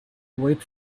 wait